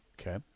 Okay